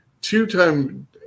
two-time